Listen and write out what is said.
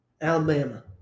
Alabama